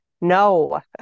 no